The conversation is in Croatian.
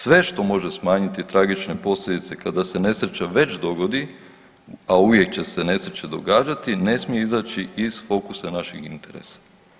Sve što može smanjiti tragične posljedice kada se nesreća već dogodi, a uvijek će se nesreće događati, ne smije izaći iz fokusa našeg interesa.